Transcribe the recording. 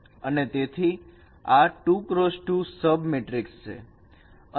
તેથી આ 2x2 submatrix છે